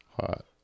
Hot